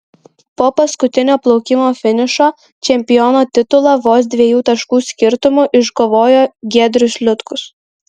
po paskutinio plaukimo finišo čempiono titulą vos dviejų taškų skirtumu iškovojo giedrius liutkus